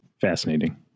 fascinating